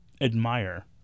admire